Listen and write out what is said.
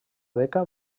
beca